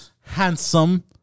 handsome